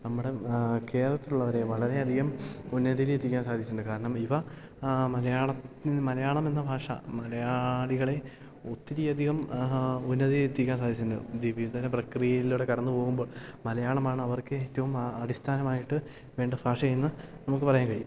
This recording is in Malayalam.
നമ്മുടെ കേരളത്തിലുള്ളവരെ വളരെയധികം ഉന്നതിയിൽ എത്തിക്കാന് സാധിച്ചിട്ടുണ്ട് കാരണം ഇവ മലയാളത്തിൽ മലയാളം എന്ന ഭാഷ മലയാളികളെ ഒത്തിരിയധികം ഉന്നതിയിൽ എത്തിക്കാൻ സാധിച്ചിട്ടുണ്ട് വിവിധതരം പ്രക്രിയയിലൂടെ കടന്നു പോകുമ്പോൾ മലയാളമാണ് അവർക്ക് ഏറ്റവും അടിസ്ഥാനമായിട്ട് വേണ്ട ഭാഷയെന്ന് നമുക്ക് പറയാൻ കഴിയും